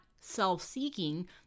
self-seeking